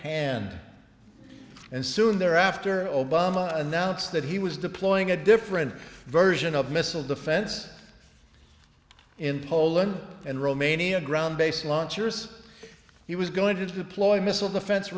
hand and soon there after obama announced that he was deploying a different version of missile defense in poland and romania ground based launchers he was going to deploy missile defense